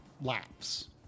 laps